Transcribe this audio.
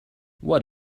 what